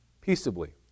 peaceably